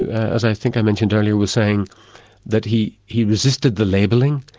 as i think i mentioned earlier, was saying that he he resisted the labelling,